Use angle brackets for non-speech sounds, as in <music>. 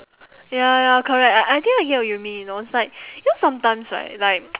ya ya correct I I think I get what you mean you know it's like you know sometimes right like <noise>